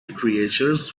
creatures